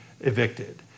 evicted